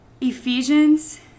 Ephesians